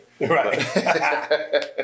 right